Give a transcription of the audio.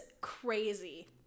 crazy